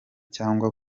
cyangwa